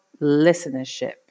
listenership